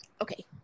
okay